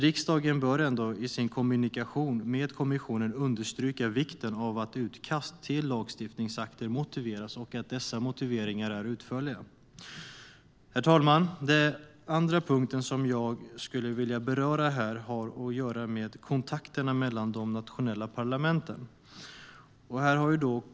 Riksdagen bör dock ändå i sin kommunikation med kommissionen understryka vikten av att utkast till lagstiftningsakter motiveras och att dessa motiveringar är utförliga. Herr talman! Den andra punkten jag skulle vilja beröra har att göra med kontakterna mellan de nationella parlamenten.